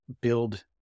build